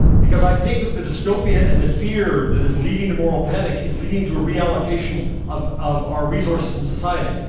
because i think that the dystopia and the fear that is leading to moral panic is leading to a reallocation of of our resources in society.